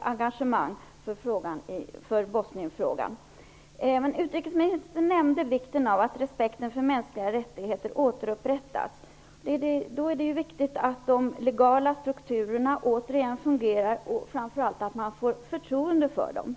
engagemang för Bosnienfrågan. Även utrikesministern nämnde vikten av att respekten för de mänskliga rättigheterna återupprättas. Då är det viktigt att de legala strukturerna återigen fungerar och att man framför allt får förtroende för dem.